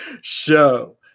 show